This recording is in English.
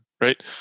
right